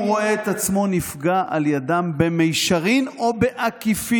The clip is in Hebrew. רואה את עצמו נפגע על ידם במישרין או בעקיפין,